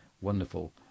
wonderful